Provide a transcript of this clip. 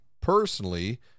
personally